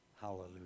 Hallelujah